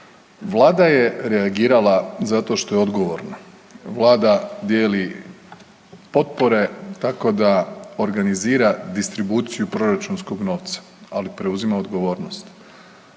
Vlada je reagirala zato što je odgovorna. Vlada dijeli potpore tako da organizira distribuciju proračunskog novca, ali preuzima odgovornost.